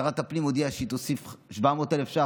שרת הפנים הודיעה שהיא תוסיף 700,000 ש"ח,